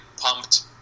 pumped